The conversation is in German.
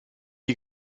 die